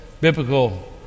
biblical